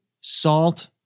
salt